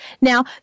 Now